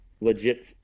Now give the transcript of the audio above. legit